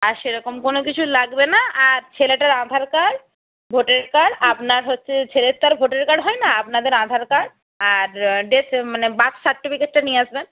আর সেরকম কোনো কিছু লাগবে না আর ছেলেটার আধার কার্ড ভোটার কার্ড আপনার হচ্ছে ছেলের তো আর ভোটার কার্ড হয় না আপনাদের আধার কার্ড আর ডেথ মানে বার্থ সার্টিফিকেটটা নিয়ে আসবেন